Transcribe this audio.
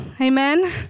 Amen